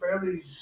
fairly